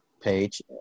page